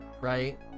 right